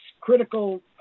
critical